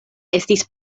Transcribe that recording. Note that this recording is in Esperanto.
estis